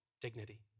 dignity